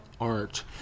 art